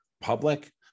public